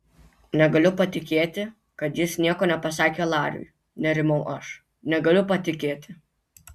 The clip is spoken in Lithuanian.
negaliu patikėti kad jis nieko nepasakė lariui nerimau aš negaliu patikėti